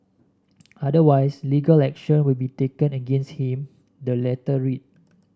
otherwise legal action will be taken against him the letter read